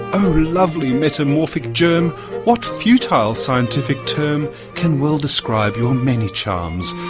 oh lovely metamorphic germ what futile scientific term can well describe your many charms?